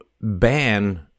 ban